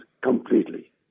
completely